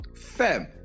fam